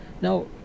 Now